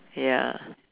ya